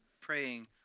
praying